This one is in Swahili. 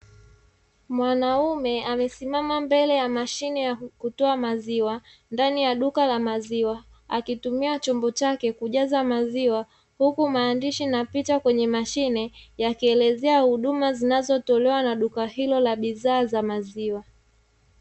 Mwanaume amesimama mbele ya mashine ya kutoa maziwa, ndani ya duka la maziwa. Akitumia chombo chake kujaza maziwa, huku maandishi na picha kwenye mashine, yakielezea huduma zinazotolewa na duka hilo la bidhaa za maziwa.